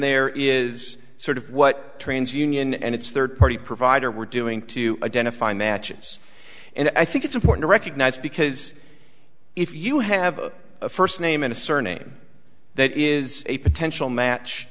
there is sort of what trans union and its third party provider we're doing to identify matches and i think it's important to recognize because if you have a first name and a surname that is a potential match